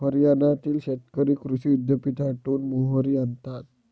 हरियाणातील शेतकरी कृषी विद्यापीठातून मोहरी आणतात